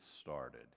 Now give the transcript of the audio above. started